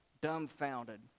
dumbfounded